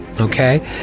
Okay